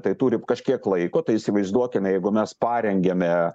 tai turi kažkiek laiko tai įsivaizduokime jeigu mes parengėme